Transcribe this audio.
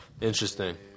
Interesting